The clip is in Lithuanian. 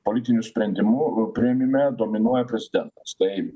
politinių sprendimų priėmime dominuoja prezidentas tai